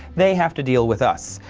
they have to deal with us.